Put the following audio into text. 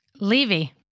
Levy